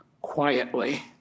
quietly